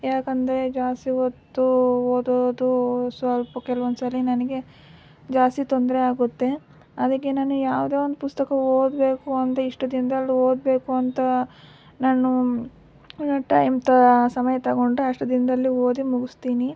ಯಾಕಂದರೆ ಜಾಸ್ತಿ ಹೊತ್ತು ಓದೋದು ಸ್ವಲ್ಪ ಕೆಲವೊಂದು ಸಾರಿ ನನಗೆ ಜಾಸ್ತಿ ತೊಂದರೆ ಆಗುತ್ತೆ ಅದಕ್ಕೆ ನಾನು ಯಾವುದೇ ಒಂದು ಪುಸ್ತಕ ಓದಬೇಕು ಅಂತ ಇಷ್ಟು ದಿನ್ದಲ್ಲಿ ಓದಬೇಕು ಅಂತ ನಾನು ಟೈಮ್ ತ ಸಮಯ ತೊಗೊಂಡ್ರೆ ಅಷ್ಟು ದಿನದಲ್ಲಿ ಓದಿ ಮುಗಿಸ್ತೀನಿ